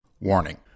Warning